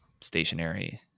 stationary